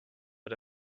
but